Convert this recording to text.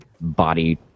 body